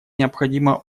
необходимо